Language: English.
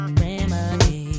remedy